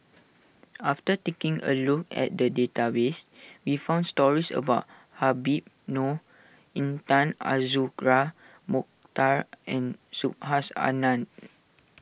after taking a look at the database we found stories about Habib Noh Intan Azura Mokhtar and Subhas Anandan